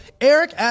Eric